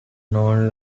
known